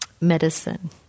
medicine